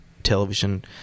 television